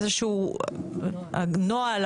איזשהו נוהל?